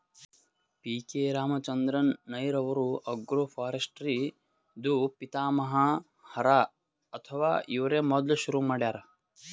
P K Ramachandran Nair ಅವ್ರು agroforestry ದೂ ಪಿತಾಮಹ ಹರಾ ಅಥವಾ ಇವ್ರೇ ಮೊದ್ಲ್ ಶುರು ಮಾಡ್ಯಾರ್